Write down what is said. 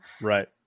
Right